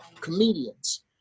comedians